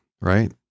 right